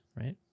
right